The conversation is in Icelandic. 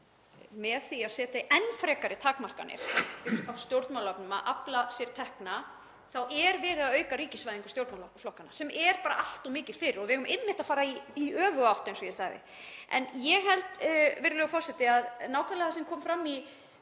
með því að setja enn frekari takmarkanir á stjórnmálaöfl um að afla sér tekna þá er verið að auka ríkisvæðingu stjórnmálaflokkanna, sem er bara allt of mikil fyrir. Við eigum einmitt að fara í öfuga átt, eins og ég sagði. Virðulegur forseti. Nákvæmlega það sem kom fram í